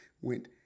went